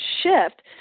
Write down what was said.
shift